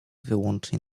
wyłącznie